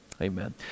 Amen